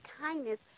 kindness